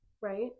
right